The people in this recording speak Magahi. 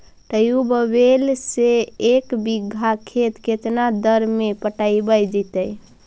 ट्यूबवेल से एक बिघा खेत केतना देर में पटैबए जितै?